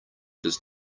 does